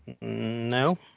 No